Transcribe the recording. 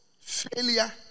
failure